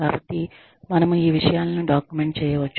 కాబట్టి మనము ఈ విషయాలను డాక్యుమెంట్ చేయవచ్చు